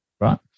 right